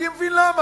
אני מבין למה.